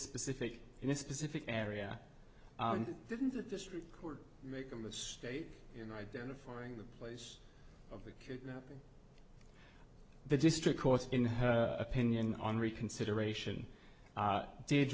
specific in a specific area and didn't the district court make a mistake in identifying the place of the kidnapping the district court in her opinion on reconsideration